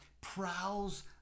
prowls